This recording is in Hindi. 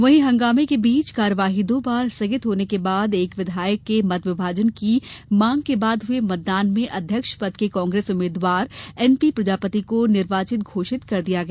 वहीं हंगामे के बीच कार्यवाही दो बार स्थगित होने के बाद एक विधायक के मत विभाजन की मांग के बाद हुए मतदान में अध्यक्ष पद के कांग्रेस उम्मीदवार एनपी प्रजापति को निर्वाचित घोषित कर दिया गया